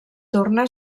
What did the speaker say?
torna